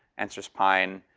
answer's pine.